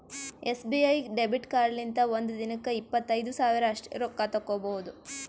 SBI debit ಕಾರ್ಡ್ಲಿಂತ ಒಂದ್ ದಿನಕ್ಕ ಇಪ್ಪತ್ತೈದು ಸಾವಿರ ಅಷ್ಟೇ ರೊಕ್ಕಾ ತಕ್ಕೊಭೌದು